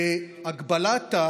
הוא הגבלת,